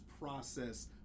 process